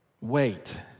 Wait